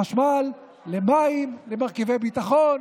לחשמל, למים, למרכיבי ביטחון,